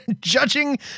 Judging